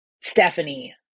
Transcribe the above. Stephanie